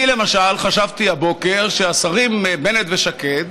אני למשל חשבתי הבוקר שהשרים בנט ושקד